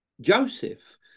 Joseph